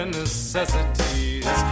necessities